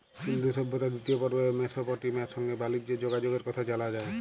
সিল্ধু সভ্যতার দিতিয় পর্বে মেসপটেমিয়ার সংগে বালিজ্যের যগাযগের কথা জালা যায়